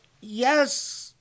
yes